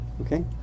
Okay